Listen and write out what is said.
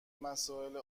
مسائل